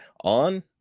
on